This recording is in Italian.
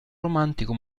romantico